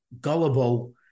gullible